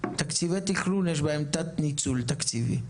בתקציבי תכנון יש תת-ניצול תקציבי.